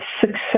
success